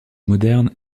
moderne